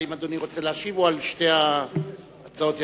האם אדוני רוצה להשיב או שישיב על שתי ההצעות יחד?